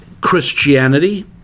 Christianity